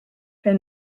for